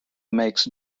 makes